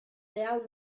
real